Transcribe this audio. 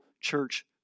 church